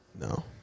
No